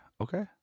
okay